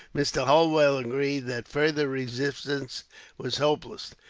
mr. holwell agreed that further resistance was hopeless.